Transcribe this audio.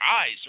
eyes